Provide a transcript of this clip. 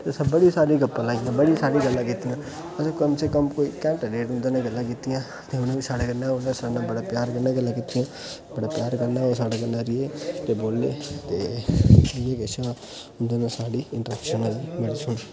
असे बड़ी सारियां गप्पां लाइयां बड़ी सारियां गल्लां कीतियां ते असे कम से कम कोई घन्टा डेढ़ उंदे कन्नै गल्ला कीतियां ते उनेई बी साढ़े कन्नै उन्ने बी साढ़े कन्नै बड़ा प्यार कन्नै गल्ला कीतियां बड़े प्यार कन्नै ओह् साढ़े कन्नै रे ते बोले ते इये केश हा उंदे कन्नै साढ़ी इंटरेक्शन होई